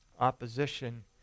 opposition